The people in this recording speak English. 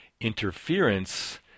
interference